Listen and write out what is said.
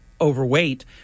overweight